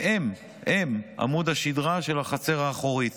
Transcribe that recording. והם-הם עמוד השדרה של החצר האחורית,